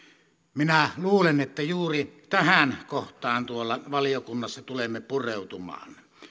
minä luulen että juuri tähän kohtaan tuolla valiokunnassa tulemme pureutumaan